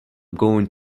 going